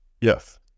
Yes